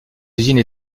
usines